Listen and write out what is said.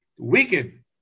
weaken